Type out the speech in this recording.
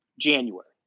January